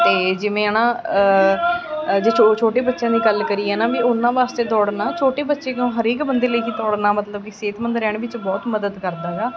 ਅਤੇ ਜਿਵੇਂ ਹੈ ਨਾ ਜੇ ਛੋਟੇ ਛੋਟੇ ਬੱਚਿਆਂ ਦੀ ਗੱਲ ਕਰੀਏ ਨਾ ਵੀ ਉਨ੍ਹਾਂ ਵਾਸਤੇ ਦੌੜਨਾ ਛੋਟੇ ਬੱਚੇ ਕਿਉਂ ਹਰੇਕ ਬੰਦੇ ਲਈ ਕਿ ਦੌੜਨਾ ਮਤਲਬ ਵੀ ਸਿਹਤਮੰਦ ਰਹਿਣ ਵਿੱਚ ਬਹੁਤ ਮਦਦ ਕਰਦਾ ਹੈਗਾ